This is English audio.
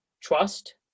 trust